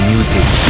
Music